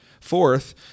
Fourth